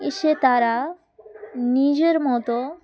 এসে তারা নিজের মতো